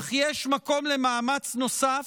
אך יש מקום למאמץ נוסף,